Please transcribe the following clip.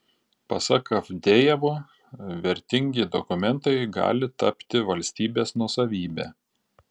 pasak avdejevo vertingi dokumentai gali tapti valstybės nuosavybe